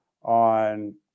on